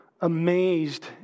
amazed